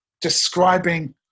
describing